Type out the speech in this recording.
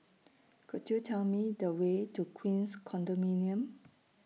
Could YOU Tell Me The Way to Queens Condominium